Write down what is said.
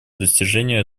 достижению